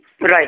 Right